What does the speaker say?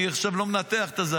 אני עכשיו לא מנתח את זה,